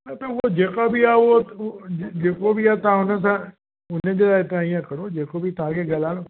न त उहा जेका बि आहे उहो जेको बि आहे तव्हां उन्हनि सां उन जे लाइ तव्हां ईअं करो जेको बि तव्हांखे ॻाल्हाइणो